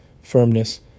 firmness